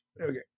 Okay